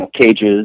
cages